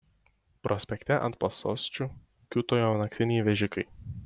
prospekte ant pasosčių kiūtojo naktiniai vežikai